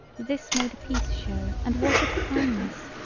this made a piece show and was it a kindness,